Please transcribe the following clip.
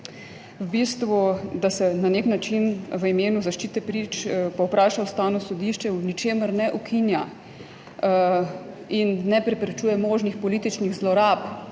napisane, da se na nek način v imenu zaščite prič povpraša Ustavno sodišče, v ničemer ne ukinja in ne preprečuje možnih političnih zlorab,